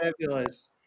fabulous